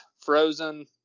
frozen